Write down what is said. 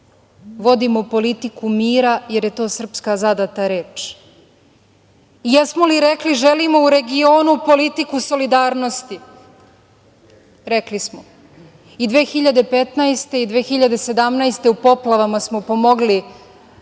Vodimo politiku mira, jer je to srpska zadata reč. Jesmo li rekli – želimo u regionu politiku solidarnosti? Rekli smo i 2015. i 2017. godine u poplavama smo pomogli